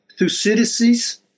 Thucydides